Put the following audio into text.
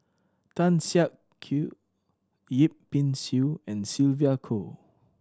Tan Siak Kew Yip Pin Xiu and Sylvia Kho